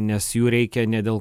nes jų reikia ne dėl